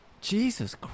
Jesus